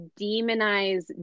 demonize